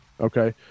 Okay